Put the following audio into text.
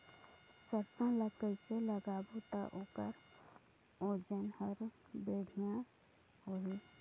सरसो ला कइसे लगाबो ता ओकर ओजन हर बेडिया होही?